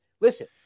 Listen